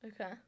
Okay